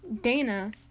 Dana